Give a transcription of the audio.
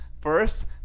first